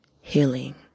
healing